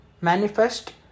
Manifest